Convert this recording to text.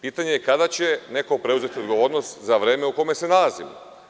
Pitanje je kada će neko preuzeti odgovornost za vreme u kome se nalazimo?